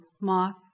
moss